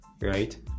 right